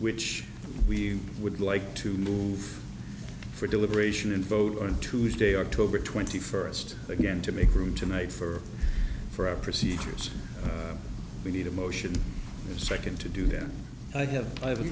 which we would like to move for deliberation and vote on tuesday october twenty first again to make room tonight for for our procedures we need a motion the second to do that i have i have a